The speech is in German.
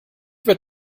wird